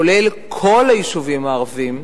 כולל כל היישובים הערביים,